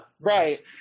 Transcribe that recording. Right